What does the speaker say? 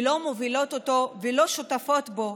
לא מובילות אותו ולא שותפות בו,